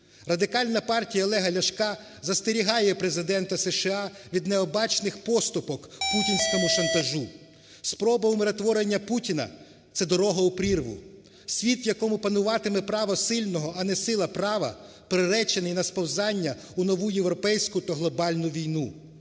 Радикальна партія Олега Ляшка застерігає Президента США від необачних поступок путінському шантажу. Спроба умиротворення Путіна – це дорога у прірву. Світ, в якому пануватиме право сильного, а не сила права, приречений на сповзання у нову європейську та глобальну війну.